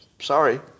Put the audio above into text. Sorry